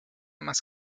más